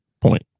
point